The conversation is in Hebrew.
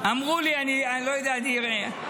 אמרו לי: אני לא יודע, אני אראה.